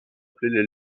appelés